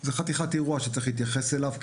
זה חתיכת אירוע שצריך להתייחס אליו,